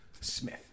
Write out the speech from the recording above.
Smith